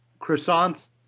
Croissants